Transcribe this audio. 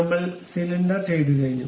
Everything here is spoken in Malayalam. നമ്മൾ സിലിണ്ടർ ചെയ്തു കഴിഞ്ഞു